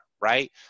Right